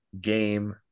game